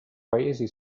paesi